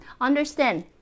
Understand